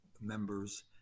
members